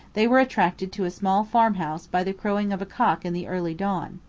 they were attracted to a small farmhouse by the crowing of a cock in the early dawn.